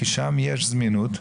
כי שם יש זמינות,